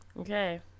Okay